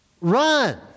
Run